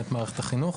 במערכת החינוך.